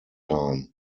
time